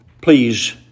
Please